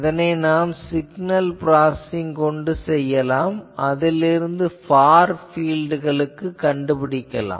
இதனை நாம் signal processing கொண்டு செய்யலாம் அதிலிருந்து ஃபார் பீல்ட்களுக்குக் கண்டுபிடிக்கலாம்